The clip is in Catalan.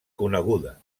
coneguda